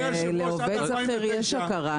לעובד שכיר יש הכרה, לעצמאים אין.